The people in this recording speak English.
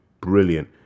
brilliant